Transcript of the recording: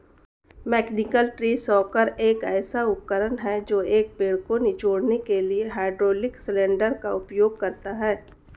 mechanical tree shaker एक ऐसा उपकरण है जो एक पेड़ को निचोड़ने के लिए हाइड्रोलिक सिलेंडर का उपयोग करता है